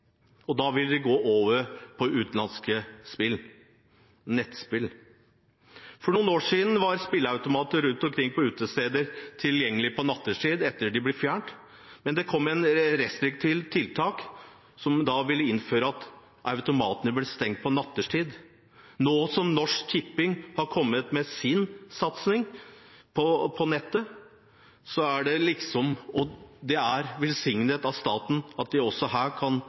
og at de da vil gå over på utenlandske nettspill. For noen år siden var spilleautomater rundt omkring på utesteder tilgjengelig på nattetid. I ettertid er de blitt fjernet. Det kom først restriktive tiltak som medførte at automatene ble stengt på nattetid. Nå som Norsk Tipping har kommet med sin nettsatsing, er det velsignet av staten at man også kan spille på natten. Dette er